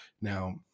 Now